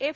F